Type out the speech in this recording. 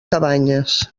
cabanyes